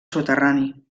soterrani